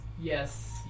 Yes